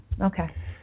Okay